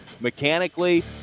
Mechanically